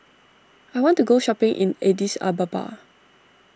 I want to go shopping in Addis Ababa